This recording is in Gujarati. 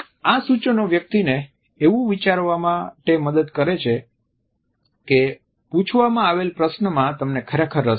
આ સૂચનો વ્યક્તિને એવું વિચારવામાં મદદ કરે છે કે પૂછવામાં આવેલા પ્રશ્નમાં તમને ખરેખર રસ છે